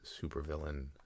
supervillain